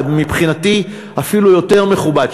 זה מבחינתי אפילו יותר מכובד,